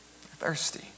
thirsty